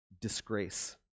disgrace